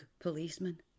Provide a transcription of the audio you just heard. policeman